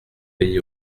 pays